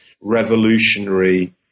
revolutionary